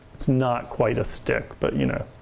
it's not quite a stick, but you know,